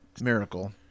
miracle